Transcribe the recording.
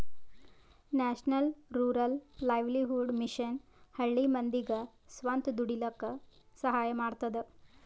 national rural livelihood mission ಹಳ್ಳಿ ಮಂದಿಗ್ ಸ್ವಂತ ದುಡೀಲಕ್ಕ ಸಹಾಯ ಮಾಡ್ತದ